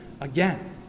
again